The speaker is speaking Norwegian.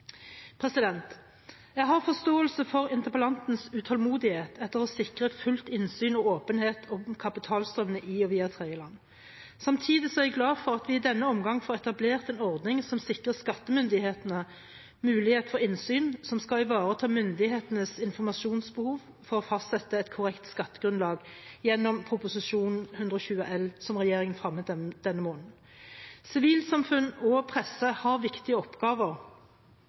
Jeg har forståelse for interpellantens utålmodighet etter å sikre fullt innsyn i og åpenhet om kapitalstrømmene i og via tredjeland. Samtidig er jeg glad for at vi i denne omgang får etablert en ordning som sikrer skattemyndighetene mulighet for innsyn som skal ivareta myndighetenes informasjonsbehov for å fastsette et korrekt skattegrunnlag gjennom Prop. 120 L for 2015–2016, som regjeringen fremmet denne måneden. Sivilsamfunn og presse har viktige oppgaver